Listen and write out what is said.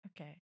Okay